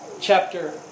chapter